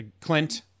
Clint